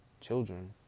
children